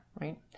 right